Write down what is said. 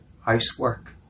housework